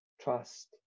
trust